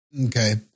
Okay